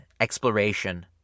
exploration